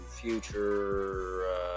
future